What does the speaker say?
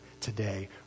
today